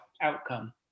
outcome